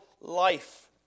life